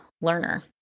learner